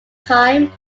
time